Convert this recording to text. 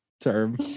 term